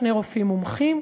שני רופאים מומחים,